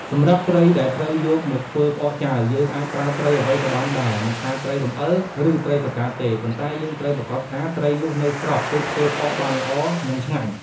សម្រាប់ត្រីដែលត្រូវយកមកធ្វើផ្អកចាវ យើងអាចប្រើត្រីអ្វីក៏បានដែរ មិនថាត្រីរំអិល ឬ ត្រីស្រកាទេ ប៉ុន្តែ យើងត្រូវប្រាកដថា ត្រីនោះនៅស្រស់ ទើបធ្វើផ្អកបានល្អ និងឆ្ងាញ់។